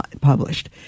published